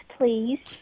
please